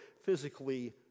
physically